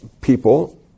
people